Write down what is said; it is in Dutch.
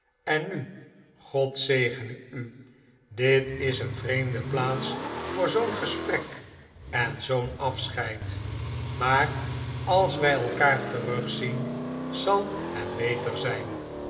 en nu god zegene u dit is een vreemde plaats voor zoo'n gesprek en zoo n af scheid maar als wij elkaar terugzien zal het beter zijn